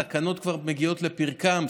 התקנות כבר מגיעות לפרקן.